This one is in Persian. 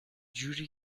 جوری